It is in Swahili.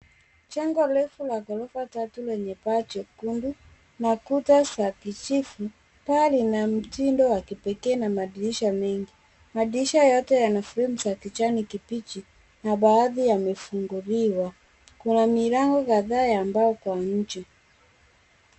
Jengo refu la ghorofa tatu lenye paa jekundu na kuta za kijivu. Paa lina mtindo wa kipekee na madirisha mengi. Madirisha yote yana fremu za kijani kibichi na baadhi yamefunguliwa. Kuna milango kadhaa ya mbao kwa nje.